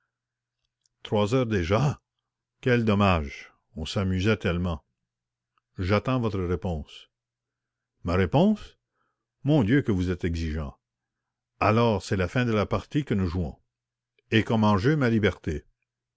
trois heures déjà quel dommage on s'amusait tellement j'attends votre réponse ma réponse mon dieu que vous êtes exigeant alors c'est la fin de la partie que nous jouons et comme enjeu ma liberté